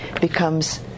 becomes